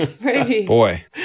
Boy